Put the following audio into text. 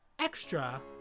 Extra